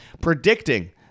predicting